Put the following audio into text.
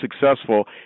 successful